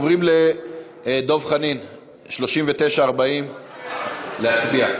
דב חנין, 40-39, להצביע?